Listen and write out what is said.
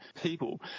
people